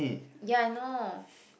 ya I know